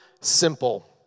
simple